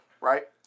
right